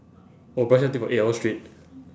oh brush your teeth for eight hours straight